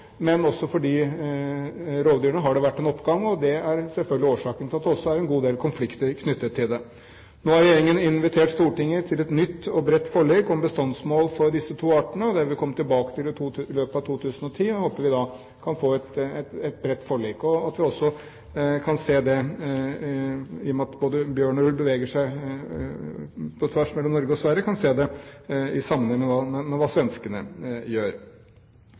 men også for de rovdyrene har det vært en oppgang, og det er selvfølgelig årsaken til at det også er en god del konflikter knyttet til dette. Nå har regjeringen invitert Stortinget til et nytt og bredt forlik om bestandsmål for disse to artene, og det vil vi komme tilbake i løpet av 2010. Jeg håper vi da kan få et bredt forlik, og at vi også kan se det i sammenheng med hva svenskene gjør, i og med at både ulv og bjørn beveger seg på tvers mellom Norge og Sverige. Når det gjelder det